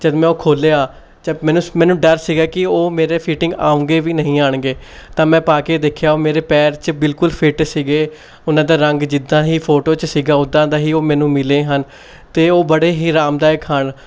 ਜਦੋਂ ਮੈਂ ਉਹ ਖੋਲ੍ਹਿਆ ਜ ਮੈਨੂੰ ਮੈਨੂੰ ਡਰ ਸੀਗਾ ਕਿ ਉਹ ਮੇਰੇ ਫੀਟਿੰਗ ਆਉਂਗੇ ਵੀ ਨਹੀਂ ਆਉਣਗੇ ਤਾਂ ਮੈਂ ਪਾ ਕੇ ਦੇਖਿਆ ਉਹ ਮੇਰੇ ਪੈਰ 'ਚ ਬਿਲਕੁਲ ਫਿੱਟ ਸੀਗੇ ਉਹਨਾਂ ਦਾ ਰੰਗ ਜਿੱਦਾਂ ਹੀ ਫੋਟੋ 'ਚ ਸੀਗਾ ਉੱਦਾਂ ਦਾ ਹੀ ਉਹ ਮੈਨੂੰ ਮਿਲੇ ਹਨ ਅਤੇ ਉਹ ਬੜੇ ਹੀ ਅਰਾਮਦਾਇਕ ਹਨ